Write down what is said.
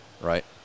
right